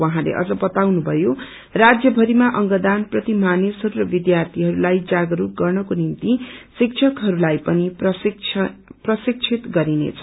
उहाँले अझ बातउनुभयो राज्यभरीमा अंगदान प्रति मानिसहरू र विध्यार्थीहरूलाई जागरूक गर्नको निम्ति शिक्षकहरूलाई पनि प्रशिक्षित गरिनेछ